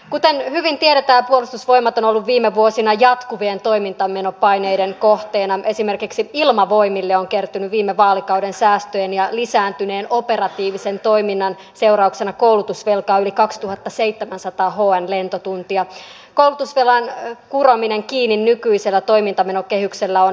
myös kohtaanto ongelma on semmoinen asia suomessa että vaikka olisi paljon työttömiä on paljon myös työpaikkoja auki mutta vapaat työpaikat ja työttömät eivät välttämättä kohtaa koska aika vaikeata on insinöörin tehdä vaikkapa lähihoitajan töitä